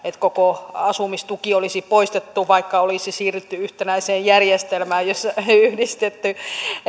koko asumistuki olisi poistettu vaikka olisi siirrytty yhtenäiseen järjestelmään jossa nämä on yhdistetty